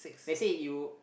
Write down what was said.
let's say you